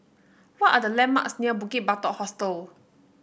what are the landmarks near Bukit Batok Hostel